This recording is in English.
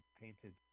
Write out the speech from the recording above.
painted